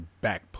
back